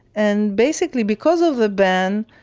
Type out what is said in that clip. and basically because of the ban,